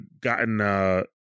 gotten